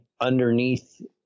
underneath